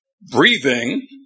Breathing